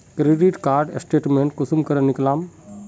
Credit card statement कुंसम करे निकलाम?